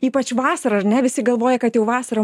ypač vasarą ar ne visi galvoja kad jau vasarą